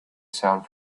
sound